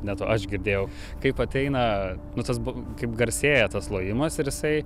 ne tu aš girdėjau kaip ateina nu tas bu kaip garsėja tas lojimas ir jisai